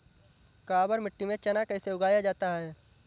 काबर मिट्टी में चना कैसे उगाया जाता है?